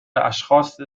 اشخاص